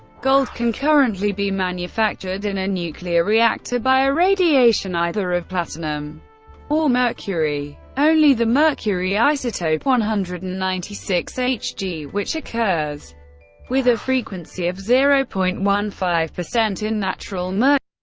gold can currently be manufactured in a nuclear reactor by irradiation either of platinum or mercury. only the mercury isotope one hundred and ninety six hg, which occurs with a frequency of zero point one five in natural mercury,